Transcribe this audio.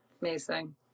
amazing